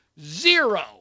zero